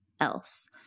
else